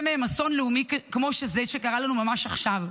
מהם אסון לאומי כמו זה שקרה לנו ממש עכשיו,